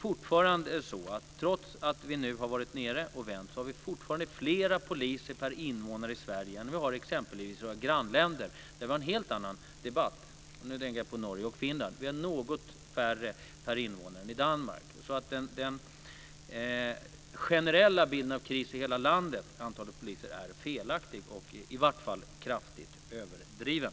Men trots att vi nu har varit nere och vänt har vi fortfarande fler poliser per invånare i Sverige än man har i exempelvis våra grannländer, där vi har en helt annan debatt. Nu tänker jag på Norge och Finland. Vi har något färre per invånare än Danmark. Så den generella bilden av kris i hela landet vad gäller antalet poliser är felaktig, eller i varje fall kraftigt överdriven.